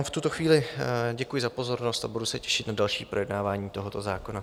V tuto chvíli vám děkuji za pozornost a budu se těšit na další projednávání tohoto zákona.